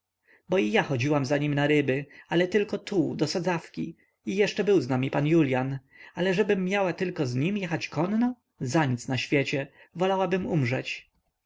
bo i ja chodziłam z nim na ryby ale tylko tu do sadzawki i jeszcze był z nami pan julian ale żebym miała tylko z nim jechać konno zanic w świecie wolałabym umrzeć